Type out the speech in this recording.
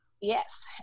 Yes